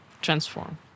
transform